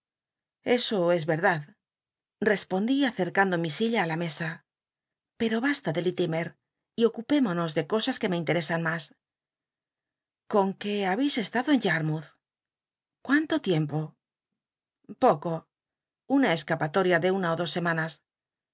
eso es yerdml respondí acercando mi silla i la mesa pcto hasta de litlimct y ocupémonos de cosas que me inlctesa n mas con que lwbcis estado en ya tmoulh cwinto ti empo p oco nna csca hrlorirl de una ó dos semanas